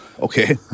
okay